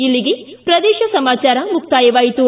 ಇಲ್ಲಿಗೆ ಪ್ರದೇಶ ಸಮಾಚಾರ ಮುಕ್ತಾಯವಾಯಿತು